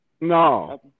No